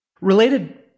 related